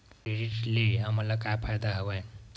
Credit ले हमन ला का फ़ायदा हवय?